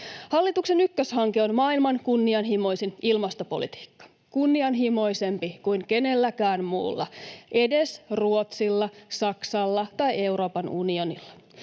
Hallituksen ykköshanke on maailman kunnianhimoisin ilmastopolitiikka, kunnianhimoisempi kuin kenelläkään muulla, edes Ruotsilla, Saksalla tai Euroopan unionilla.